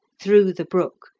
through the brook,